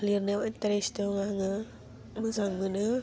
लिरनायाव इन्टारेस्ट दं आङो मोजां मोनो